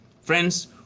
friends